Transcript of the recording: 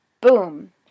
boom